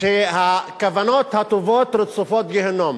אמר שהכוונות הטובות רצופות גיהינום